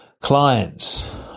clients